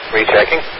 Rechecking